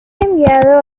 enviado